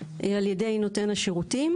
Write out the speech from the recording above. על ידי נותן השירותים